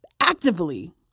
actively